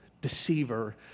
deceiver